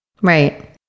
Right